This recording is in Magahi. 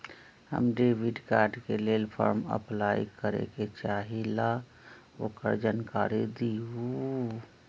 हम डेबिट कार्ड के लेल फॉर्म अपलाई करे के चाहीं ल ओकर जानकारी दीउ?